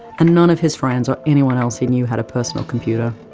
and none of his friends, or anyone else he knew had a personal computer.